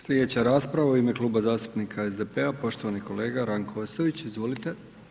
Slijedeća rasprava u ime Kluba zastupnika SDP-a poštovani kolega Ranko Ostojić, izvolite.